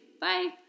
Bye